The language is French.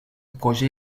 projet